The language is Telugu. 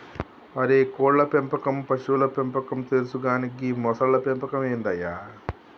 అరే కోళ్ళ పెంపకం పశువుల పెంపకం తెలుసు కానీ గీ మొసళ్ల పెంపకం ఏందయ్య